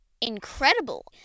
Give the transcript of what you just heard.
incredible